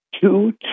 two